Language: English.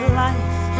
life